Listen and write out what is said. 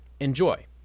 Enjoy